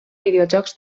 videojocs